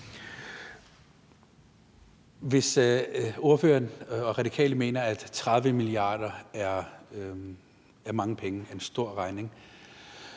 Hvis ordføreren og Radikale mener, at 30 mia. kr. er mange penge og en stor regning,